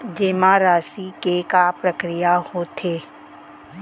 जेमा राशि के का प्रक्रिया होथे?